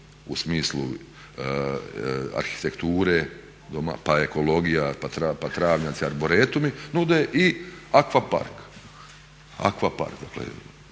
u smislu arhitekture, pa ekologija, pa travnjaci, arboretumi nude i aquapark.